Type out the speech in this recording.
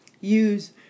use